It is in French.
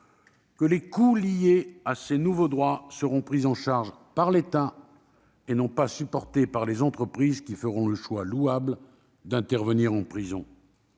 que les coûts liés à ces nouveaux droits seront pris en charge par l'État et qu'ils ne seront pas supportés par les entreprises qui feront le choix louable d'intervenir en prison.